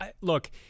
Look